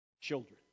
children